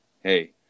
hey